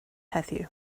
heddiw